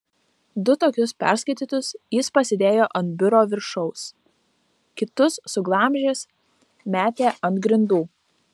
du tokius perskaitytus jis pasidėjo ant biuro viršaus kitus suglamžęs metė ant grindų